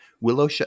Willow